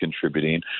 contributing